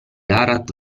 arat